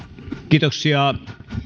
kiitoksia